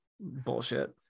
bullshit